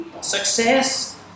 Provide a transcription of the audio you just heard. Success